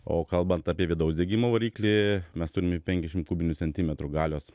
o kalbant apie vidaus degimo variklį mes turime penkiasdešimt kubinių centimetrų galios